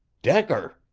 decker!